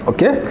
Okay